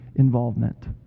Involvement